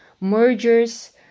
mergers